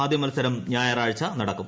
ആദ്യ മൽസരം ഞായറാഴ്ച നടക്കും